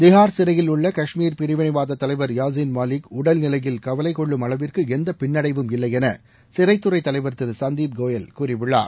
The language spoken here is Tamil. திகார் சிறையில் உள்ள காஷ்மீர் பிரிவினைவாத தலைவர் யாசின் மாலிக் உடல்நிலையில் கவலைக்கொள்ளும் அளவிற்கு எந்த பின்னடைவும் இல்லைபென சிறைத்துறை தலைவர் திரு சந்தீப் கோயல் கூறியுள்ளார்